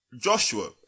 Joshua